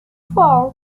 four